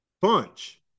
punch